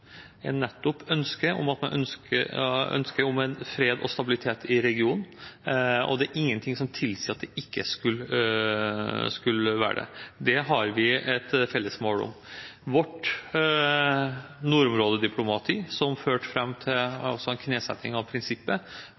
er nettopp ønsket om fred og stabilitet i regionen. Det er ingen ting som tilsier at det ikke skulle være det. Det har vi et felles mål om. Vårt nordområdediplomati, som førte fram til en knesetting av prinsippet